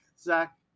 Zach